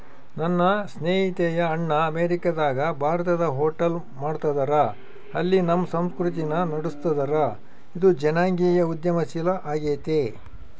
ನನ್ನ ಸ್ನೇಹಿತೆಯ ಅಣ್ಣ ಅಮೇರಿಕಾದಗ ಭಾರತದ ಹೋಟೆಲ್ ಮಾಡ್ತದರ, ಅಲ್ಲಿ ನಮ್ಮ ಸಂಸ್ಕೃತಿನ ನಡುಸ್ತದರ, ಇದು ಜನಾಂಗೀಯ ಉದ್ಯಮಶೀಲ ಆಗೆತೆ